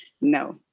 No